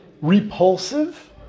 repulsive